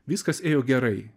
viskas ėjo gerai